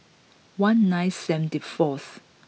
one nine seventy fourth